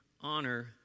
honor